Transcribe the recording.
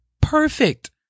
perfect